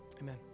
amen